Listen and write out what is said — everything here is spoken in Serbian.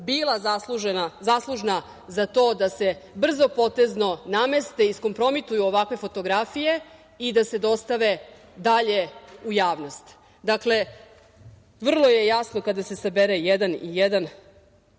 bila zaslužna za to da se brzopotezno nameste, iskompromituju ovakve fotografije i da se dostave dalje u javnost? Dakle, vrlo je jasno kada se saberu jedan